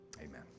Amen